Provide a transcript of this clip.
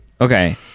Okay